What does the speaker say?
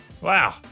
Wow